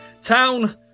Town